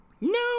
no